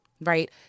right